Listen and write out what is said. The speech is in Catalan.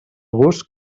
gust